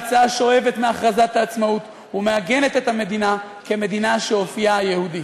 ההצעה שואבת מהכרזת העצמאות ומעגנת את המדינה כמדינה שאופייה יהודי.